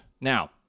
Now